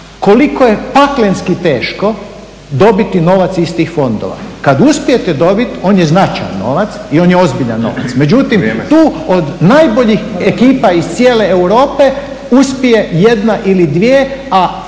koliko je paklenski teško dobiti novac iz tih fondova. Kada uspijete dobiti on je značajan novac i on je ozbiljan novac, međutim tu od najboljih ekipa iz cijele Europe uspije jedna ili dvije, a